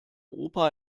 opa